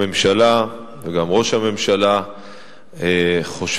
הממשלה, גם ראש הממשלה חושבים,